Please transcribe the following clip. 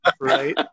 Right